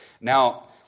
Now